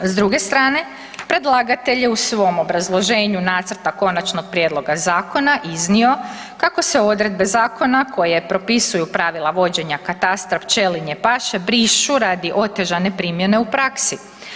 S druge strane, predlagatelj je u svom obrazloženju nacrta konačnog prijedloga zakona iznio kako se odredbe zakona koje propisuju pravila vođenja katastra pčelinje paše brišu radi otežane primjene u praksi.